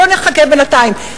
בוא נחכה בינתיים.